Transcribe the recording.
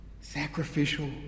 sacrificial